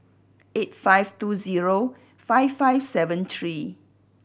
eight five two zero five five seven three